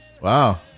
wow